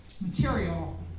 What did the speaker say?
material